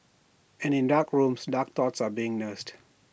and in dark rooms dark thoughts are being nursed